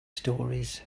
stories